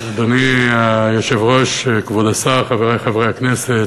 אדוני היושב-ראש, כבוד השר, חברי חברי הכנסת,